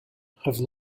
have